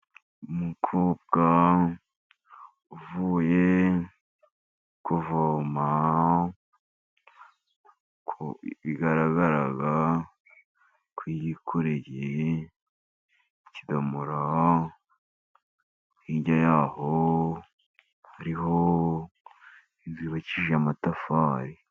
Umukobwa uvuye kuvoma uko bigaragara ko yikoreye ikidomoro, hirya yaho hariho izubakishije amatafari.